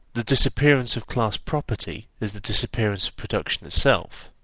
the disappearance of class property is the disappearance of production itself,